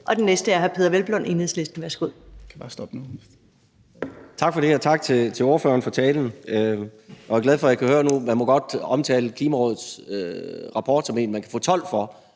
Den næste er hr. Peder Hvelplund, Enhedslisten. Værsgo.